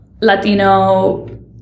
Latino